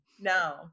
no